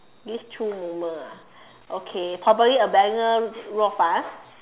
this through moment ah okay probably abandon Rou-Fan